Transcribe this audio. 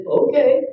Okay